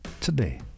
today